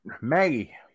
Maggie